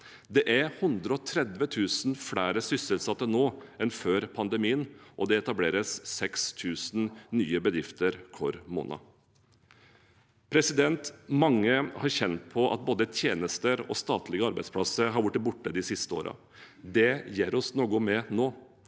Det er 130 000 flere sysselsatte nå enn før pandemien, og det etableres 6 000 nye bedrifter hver måned. Mange har kjent på at både tjenester og statlige arbeidsplasser er blitt borte de siste årene. Det gjør vi noe med nå.